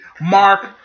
Mark